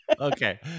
Okay